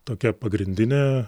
tokia pagrindinė